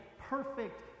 perfect